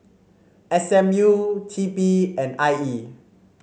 S M U T P and I E